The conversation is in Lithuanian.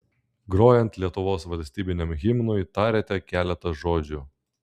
grojant lietuvos valstybiniam himnui tarėte keletą žodžių